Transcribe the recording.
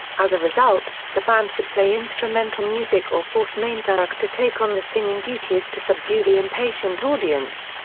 as a result, the band would play instrumental music or force manzarek to take on the singing duties to subdue the impatient audience.